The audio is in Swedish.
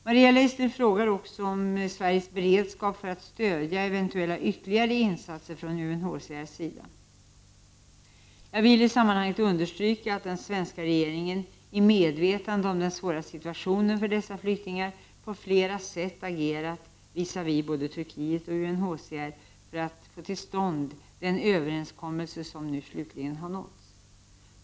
Maria Leissner frågar också om Sveriges beredskap för att stödja eventuella ytterligare insatser från UNHCR:s sida. Jag vill i sammanhanget understryka att den svenska regeringen, i medvetande om den svåra situationen för dessa flyktingar, på flera sätt agerat visavi både Turkiet och UNHCR för att få till stånd den överenskommelse som nu slutligen har nåtts.